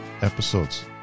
episodes